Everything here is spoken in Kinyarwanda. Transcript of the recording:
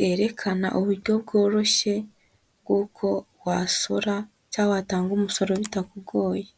yerekana uburyo bworoshye bw'uko wasora cyangwa watanga umusoro bitakugoye.